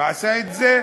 ועשה את זה,